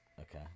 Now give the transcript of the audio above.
Okay